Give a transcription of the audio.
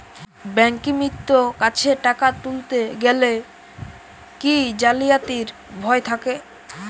ব্যাঙ্কিমিত্র কাছে টাকা তুলতে গেলে কি জালিয়াতির ভয় থাকে?